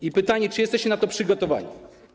I pytanie: Czy jesteście na to przygotowani?